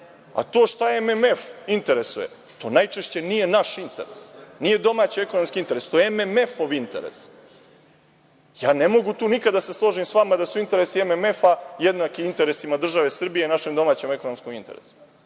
šta MMF interesuje, to najčešće nije naš interes. Nije domaći ekonomski interes, to je MMF-ov interes. Ne mogu tu nikada da se složim sa vama, da su interesi MMF jednaki interesima države Srbije i našem domaćem ekonomskom interesu.